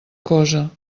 cosa